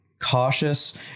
Cautious